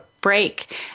break